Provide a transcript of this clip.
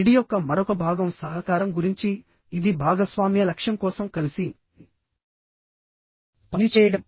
GD యొక్క మరొక భాగం సహకారం గురించి ఇది భాగస్వామ్య లక్ష్యం కోసం కలిసి పనిచేయడం